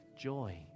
joy